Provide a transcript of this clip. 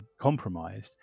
compromised